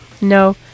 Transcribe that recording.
No